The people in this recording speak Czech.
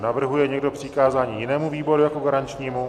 Navrhuje někdo přikázání jinému výboru jako garančnímu?